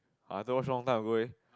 uh I though watch long time ago already